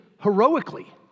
heroically